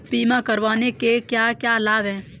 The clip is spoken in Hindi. बीमा करवाने के क्या क्या लाभ हैं?